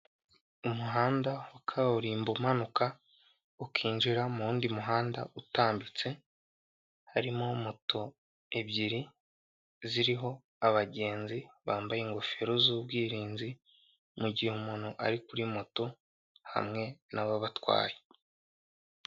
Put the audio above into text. Umuhanda wa kaburimbo umanuka ukinjira mu wundi muhanda utambitse, harimo moto ebyiri, ziriho abagenzi, bambaye ingofero z'ubwirinzi, mugihe umuntu ari kuri moto hamwe n'ababatwaye.